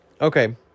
okay